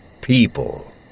People